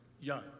young